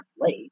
late